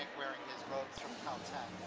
wearing from cal tech.